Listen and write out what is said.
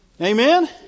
Amen